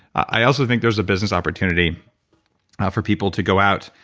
i also think there's a business opportunity ah for people to go out,